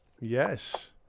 Yes